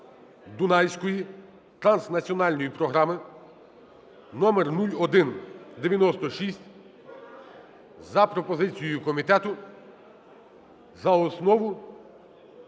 Дунайської транснаціональної програми (№ 0196) за пропозицією комітету за основу